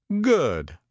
good